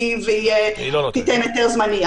והיא תיתן היתר זמני,